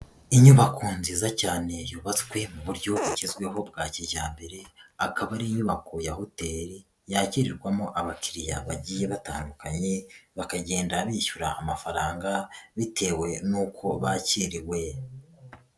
Inyubako nziza cyane yubatswe mu buryo bugezweho bwa kijyambere, akaba ari inyubako ya hoteli, yakirwamo abakiriya bagiye batandukanye, bakagenda bishyura amafaranga, bitewe n'uko bakiriwe.